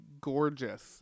gorgeous